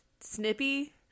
snippy